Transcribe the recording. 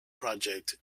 project